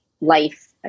life